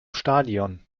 stadion